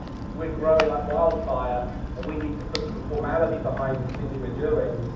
we're growing like wildfire and we need to put some formality behind the things we're doing.